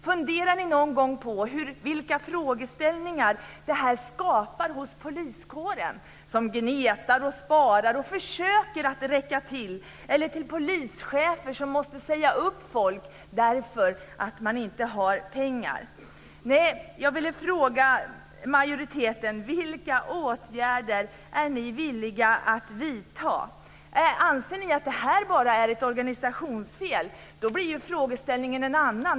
Funderar ni någon gång på vilka frågeställningar det här skapar hos poliskåren? De gnetar, sparar och försöker räcka till. Funderar ni på polischefer som måste säga upp folk för att de inte har pengar? Jag vill fråga majoriteten: Vilka åtgärder är ni villiga att vidta? Anser ni att det här bara är ett organisationsfel? Då blir ju frågeställningen en annan.